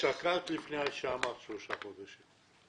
שקלת לפני שאמרת שלושה חודשים?